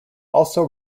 also